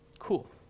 Cool